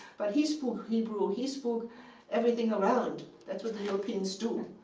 but he spoke hebrew he spoke everything around. that's what the europeans do.